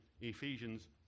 Ephesians